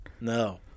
No